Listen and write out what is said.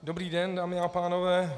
Dobrý den, dámy a pánové.